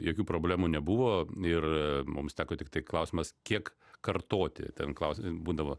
jokių problemų nebuvo ir mums teko tiktai klausimas kiek kartoti ten klausi būdavo